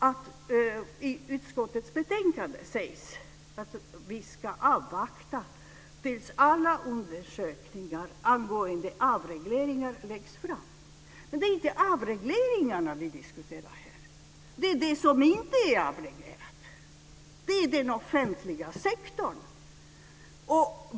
I utskottets betänkande sägs att vi ska avvakta tills alla undersökningar angående avregleringar läggs fram. Det är inte avregleringarna vi diskuterar här. Det är det som inte är avreglerat i den offentliga sektorn som vi diskuterar.